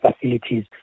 facilities